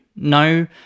No